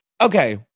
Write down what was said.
okay